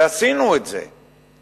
ועשינו את זה.